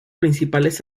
principales